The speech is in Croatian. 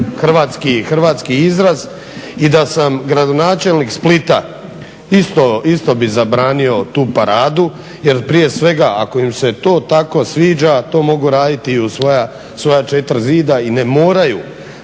hrvatski izraz. I da sam gradonačelnik Splita isto bih zabranio tu paradu, jer prije svega ako im se to tako sviđa to mogu raditi i u svoja četiri zida i ne moraju